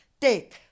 take